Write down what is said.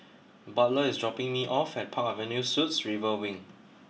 Butler is dropping me off at Park Avenue Suites River Wing